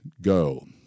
go